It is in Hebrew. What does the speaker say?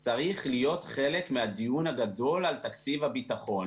צריכה להיות חלק מהדיון הגדול על תקציב הביטחון.